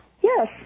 yes